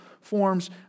forms